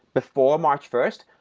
before march first,